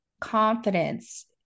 confidence